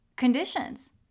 conditions